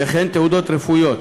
וכן תעודות רפואיות.